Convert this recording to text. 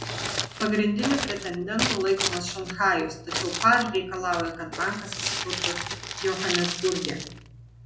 pagrindiniu pretendentu laikomas šanchajus tačiau par reikalauja kad bankas įsikurtų johanesburge